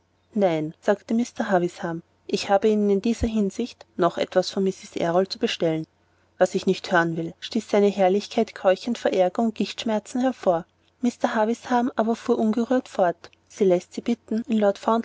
nein sagte mr havisham ich habe ihnen in dieser hinsicht noch etwas von mrs errol zu bestellen was ich nicht hören will stieß seine herrlichkeit keuchend vor aerger und gichtschmerzen hervor mr havisham aber fuhr ungerührt fort sie läßt sie bitten in